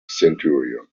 centurion